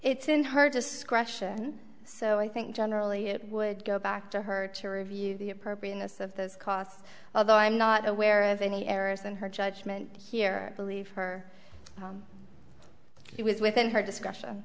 it's in her discretion so i think generally it would go back to her to review the appropriateness of those costs although i'm not aware of any errors in her judgment here believe her it was within her discussion